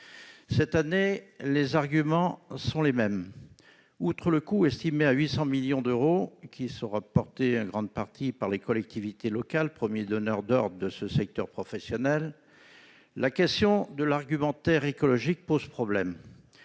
Cette année, les arguments sont les mêmes. Outre le coût, estimé à 800 millions d'euros, qui sera supporté en grande partie par les collectivités locales, premier donneur d'ordre de ce secteur professionnel, l'argumentaire écologique pose problème.